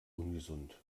ungesund